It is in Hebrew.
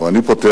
או אני פותח